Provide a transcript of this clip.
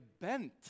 bent